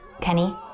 Kenny